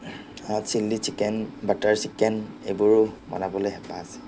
ছিলি chicken butter chicken এইবোৰো বনাবলৈ হেপাঁহ আছে